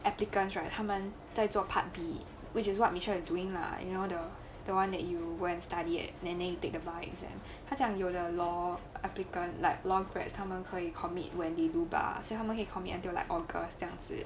applicants right 他们在做 part B which is what michelle is doing lah you know the the [one] that you go and study then then you take the bites 他讲有的 law applicant like long periods 他们可以 commit when they do bar 所以他们可以 commit like august 这样子